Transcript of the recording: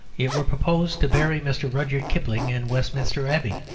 it were proposed to bury mr. rudyard kipling in westminster abbey.